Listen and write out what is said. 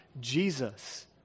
Jesus